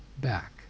back